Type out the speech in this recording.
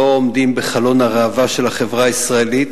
עומדים בחלון הראווה של החברה הישראלית,